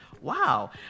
Wow